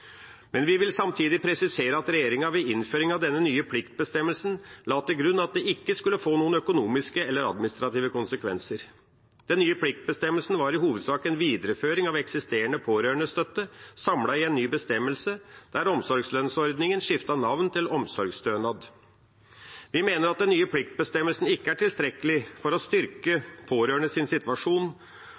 men vi vil samtidig presisere at regjeringa ved innføring av denne nye pliktbestemmelsen la til grunn at det ikke skulle få noen økonomiske eller administrative konsekvenser. Den nye pliktbestemmelsen var i hovedsak en videreføring av eksisterende pårørendestøtte, samlet i en ny bestemmelse, der omsorgslønnsordningen skiftet navn til omsorgsstønad. Vi mener at den nye pliktbestemmelsen ikke er tilstrekkelig for å styrke pårørendes situasjon,